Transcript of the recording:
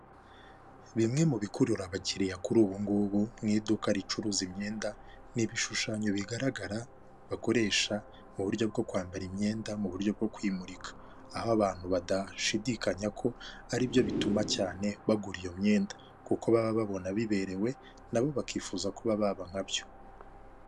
Bimwe mu bikurura abakiriya kuri ubu ngubu mu iduka ricuruza imyenda n'ibishushanyo bigaragara bakoresha mu buryo bwo kwambara imyenda mu buryo bwo kwimurika aho abantu badashidikanya ko aribyo bituma cyane bagura iyo myenda kuko baba babona biberewe nabo bakifuza kuba baba nkabyo